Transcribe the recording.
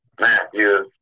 Matthew